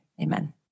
Amen